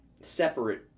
separate